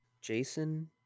Jason